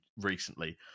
recently